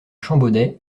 champbaudet